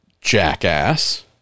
jackass